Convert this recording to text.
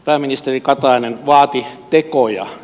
pääministeri katainen vaati tekoja